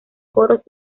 coros